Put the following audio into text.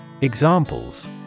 Examples